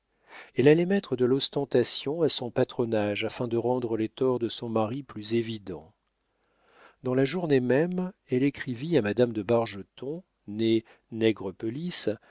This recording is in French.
elle allait mettre de l'ostentation à son patronage afin de rendre les torts de son mari plus évidents dans la journée même elle écrivit à madame de bargeton